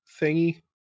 thingy